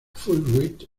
fulbright